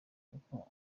kuko